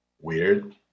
weird